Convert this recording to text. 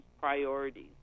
priorities